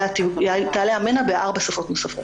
תעלה מערכת מנע בארבע שפות נוספות.